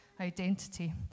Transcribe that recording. Identity